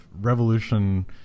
revolution